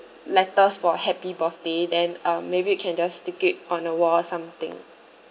letters for happy birthday then um maybe we can just stick it on a wall or something